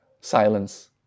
silence